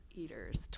eaters